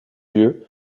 lieu